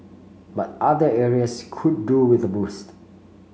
but other areas could do with a boost